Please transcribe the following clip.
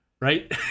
Right